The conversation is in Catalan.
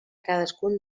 cadascun